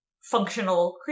functional